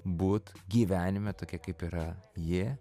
būt gyvenime tokia kaip yra ji